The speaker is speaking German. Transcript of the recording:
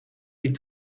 die